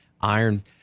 Iron